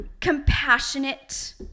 compassionate